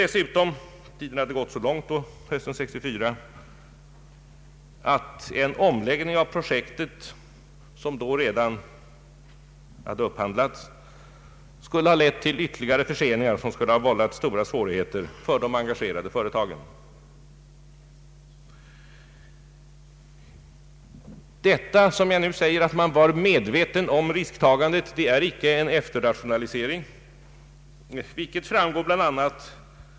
Dessutom skulle en omläggning av projektet som då redan hade upphandlats — vi var långt framme på hösten 1964 — lett till ytterligare förseningar som skulle ha vållat stora svårigheter för de engagerade företagen. Vad jag nu säger om att man var medveten om risktagandet är icke en efterrationalisering. Medvetandet om att man Ang.